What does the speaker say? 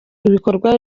ibikorwa